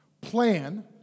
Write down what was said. Plan